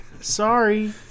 Sorry